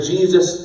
Jesus